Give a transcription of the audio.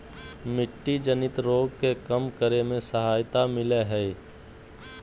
मिट्टी जनित रोग के कम करे में सहायता मिलैय हइ